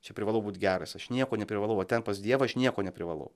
čia privalau būt geras aš nieko neprivalau va ten pas dievą aš nieko neprivalau